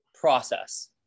process